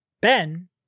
Ben